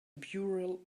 burial